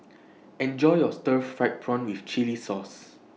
Enjoy your Stir Fried Prawn with Chili Sauce